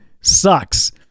sucks